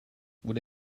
would